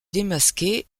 démasqué